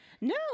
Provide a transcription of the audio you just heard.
no